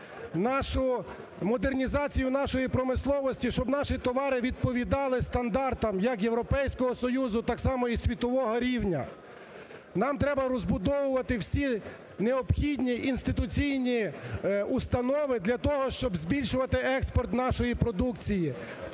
нашу… модернізацію нашої промисловості, щоб наші товари відповідали стандартам як Європейського Союзу, так само і світового рівня. Нам треба розбудовувати всі необхідні інституційні установи для того, щоб збільшувати експорт нашої продукції,